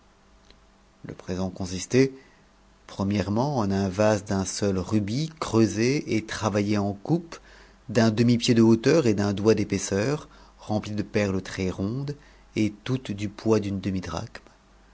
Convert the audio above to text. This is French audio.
le présent consistait premièrement en un vase d'un seul rubis creuse et travaillé en coupe d'un demi-pied de hauteur et d'un doigt épaisseur rempli de perles très rondes et toutes du poids d'une demi